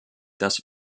das